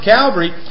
Calvary